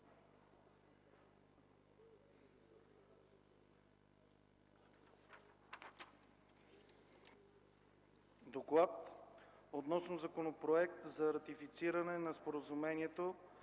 „ДОКЛАД относно Законопроект за ратифициране на Споразумението